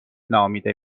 نامیده